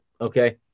Okay